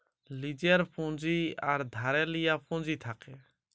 লীজের পুঁজি আর ধারে লিয়া পুঁজি থ্যাকে